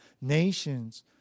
nations